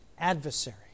adversary